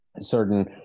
certain